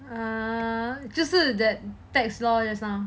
err 就是 that text lor just now